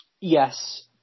yes